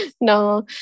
No